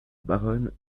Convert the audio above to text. baronne